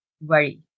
worry